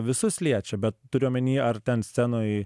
visus liečia bet turiu omeny ar ten scenoj